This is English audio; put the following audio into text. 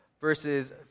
verses